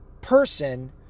person